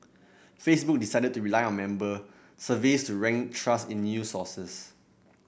Facebook decided to rely on member surveys to rank trust in news sources